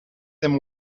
them